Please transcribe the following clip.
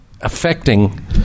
affecting